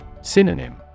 Synonym